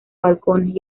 balcones